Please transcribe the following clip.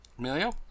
Emilio